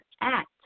act